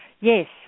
Yes